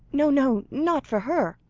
no, no, not for her.